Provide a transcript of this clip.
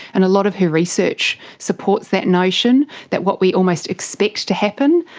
and a lot of her research supports that notion, that what we almost expect to happen,